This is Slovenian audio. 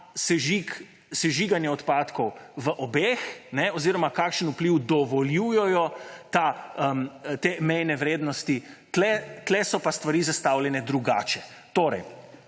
sežiganje odpadkov v obeh oziroma kakšen vpliv dovoljujejo te mejne vrednosti, tu so pa stvari zastavljene drugače.